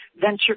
venture